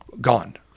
gone